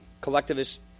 collectivist